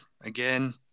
again